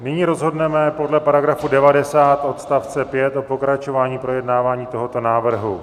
Nyní rozhodneme podle § 90 odst. 5 o pokračování projednávání tohoto návrhu.